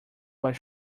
was